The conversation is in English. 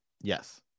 Yes